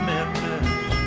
Memphis